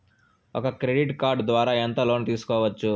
ఒక credit card ద్వారా ఎంత లోను తీసుకోవచ్చు?